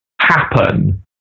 happen